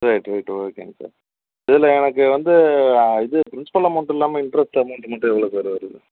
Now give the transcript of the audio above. right right ஓகேங்க sir இதில் எனக்கு வந்து இது ப்ரின்சிபல் அமௌண்ட் இல்லாமல் இன்ட்ரெஸ்ட் அமௌண்ட்டு மட்டும் எவ்வளோ சார் வருது